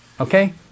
Okay